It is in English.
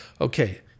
okay